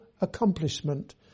Accomplishment